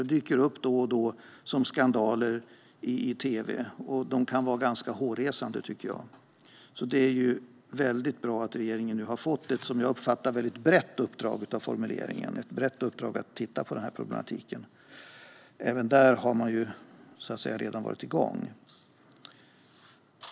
De dyker då och då upp som skandaler i tv och kan vara ganska hårresande, tycker jag. Det är väldigt bra att regeringen nu har fått ett mycket brett uppdrag - som jag uppfattar formuleringen - att titta på den här problematiken. Även där har man redan varit igång.